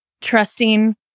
trusting